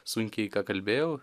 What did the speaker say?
sunkiai ką kalbėjau